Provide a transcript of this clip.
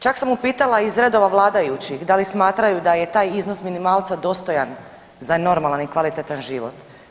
Čak sam upitala iz redova vladajućih da li smatraju da je taj iznos minimalca dostojan za normalan i kvalitetan život.